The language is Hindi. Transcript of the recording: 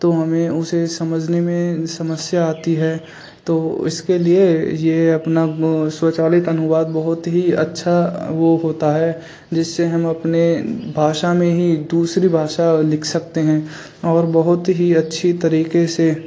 तो हमें उसे समझने में समस्या आती है तो उसके लिए यह अपना स्वचालित अनुवाद बहुत ही अच्छा वह होता है जिससे हम अपनी भाषा में ही दूसरी भाषा लिख सकते हैं और बहुत ही अच्छी तरीक़े से